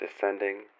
descending